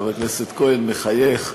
חבר הכנסת כהן מחייך,